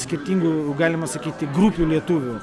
skirtingų galima sakyti grupių lietuvių